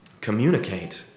communicate